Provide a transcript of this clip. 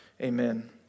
Amen